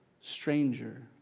stranger